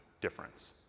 difference